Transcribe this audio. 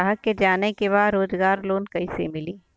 ग्राहक के जाने के बा रोजगार लोन कईसे मिली?